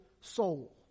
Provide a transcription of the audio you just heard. soul